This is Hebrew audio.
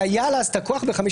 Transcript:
שהיה לה אז את הכוח ב-1953,